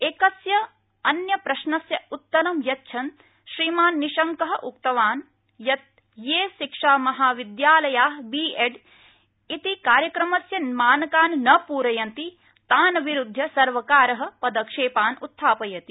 एकस्य अन्य प्रश्नस्य उत्तरं यच्छन् श्रीमान् निश्शङ्कः उक्तवान् यत् ये शिक्षामहाविद्यालयाः बीएड् इति कार्यक्रमस्य मानकान् न प्रयन्ति तान् विरुध्य सर्वकारः पदक्षेपान् उत्थापयति